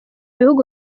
bihugu